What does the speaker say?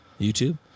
YouTube